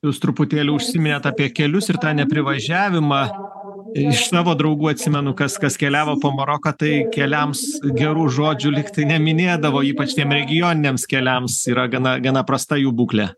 jūs truputėlį užsiminėt apie kelius ir tą neprivažiavimą iš savo draugų atsimenu kas kas keliavo po maroką tai keliams gerų žodžių lyg tai neminėdavo ypač tiem regioniniams keliams yra gana gana prasta jų būklė